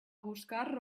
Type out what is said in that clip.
buscar